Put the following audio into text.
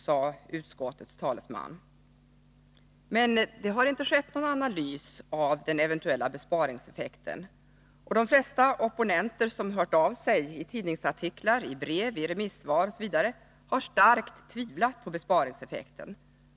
I och för sig är det ett viktigt skäl, men det har inte gjorts någon analys av den eventuella besparingseffekten, och de flesta opponenter som hört av sig — i tidningsartiklar, brev, remissvar etc. — har starkt tvivlat på besparingseffekten.